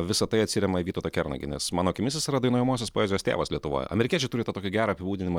visa tai atsirema į vytautą kernagį nes mano akimis jis yra dainuojamosios poezijos tėvas lietuvoj amerikiečiai turi to tokį gerą apibūdinimą